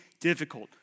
difficult